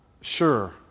sure